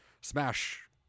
smash